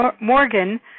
Morgan